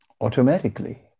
Automatically